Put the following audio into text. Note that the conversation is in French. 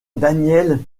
daniel